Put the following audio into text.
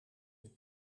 een